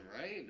right